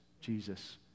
Jesus